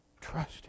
Trust